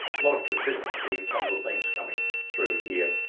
alot of consistency in some of the themes coming through here.